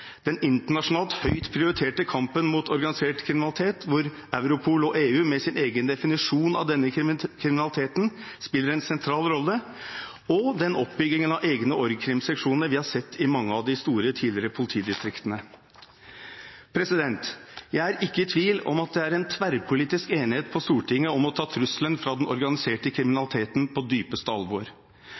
den internasjonalt høyt prioriterte kampen mot organisert kriminalitet hvor Europol og EU med sin egen definisjon av denne kriminaliteten spiller en sentral rolle, og den oppbyggingen av egne org.krim.-seksjoner vi har sett i mange av de store tidligere politidistriktene. Jeg er ikke i tvil om at det er en tverrpolitisk enighet på Stortinget om å ta trusselen fra den organiserte kriminaliteten på dypeste alvor.